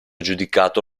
giudicato